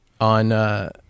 on